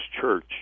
Church